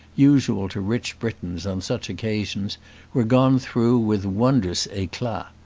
usual to rich britons on such occasions were gone through with wondrous eclat.